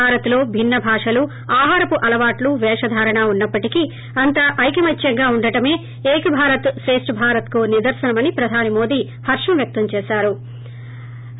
భారత్ లో భిన్న భాషలు ఆహారపుటలవాట్లు పేషధారణ ఉన్నప్పటికీ అంతా ఐకమత్యంగా ఉండటమే ఏక్ భారత్ శ్రేష్ట్ భారత్కు నిదర్శనం అని ప్రధాని మోదీ హర్షం వ్యక్తం చేసారు